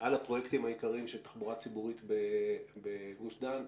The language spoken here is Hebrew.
על הפרויקטים העיקריים של תחבורה ציבורית בגוש דן,